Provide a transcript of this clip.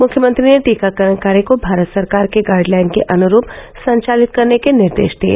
मुख्यमंत्री ने टीकाकरण कार्य को भारत सरकार के गाइड लाइन के अनुरूप संचालित करने के निर्देश दिये